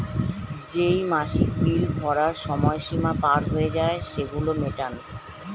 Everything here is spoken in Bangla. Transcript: যেই মাসিক বিল ভরার সময় সীমা পার হয়ে যায়, সেগুলো মেটান